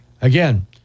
Again